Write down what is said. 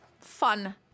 fun